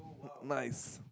nice